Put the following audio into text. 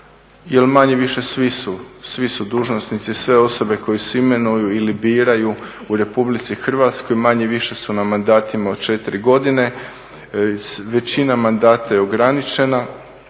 jel manje-više svi su dužnosnici, sve osobe koje se imenuju ili biraju u RH manje-više su na mandatima od 4 godine. Većina mandata je i ograničena